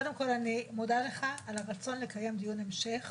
קודם כול אני מודה לך על הרצון לקיים דיון המשך